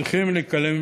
צריכים להיכלם